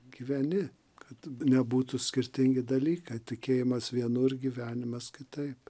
gyveni kad nebūtų skirtingi dalykai tikėjimas vienur gyvenimas kitaip